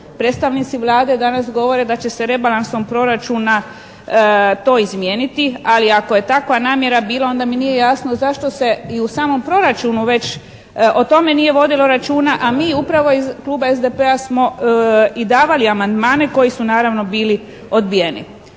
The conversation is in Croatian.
Predstavnici Vlade danas govore da će se rebalansom proračuna to izmijeniti, ali ako je takva namjera bila onda mi nije jasno zašto se i u samom proračunu već o tome nije vodilo računa, a mi upravo iz Kluba SDP-a smo i davali amandmane koji su naravno bili odbijeni.